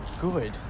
good